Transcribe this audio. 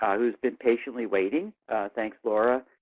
who has been patiently waiting thanks, laura.